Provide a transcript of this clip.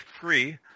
Free